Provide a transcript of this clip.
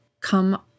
come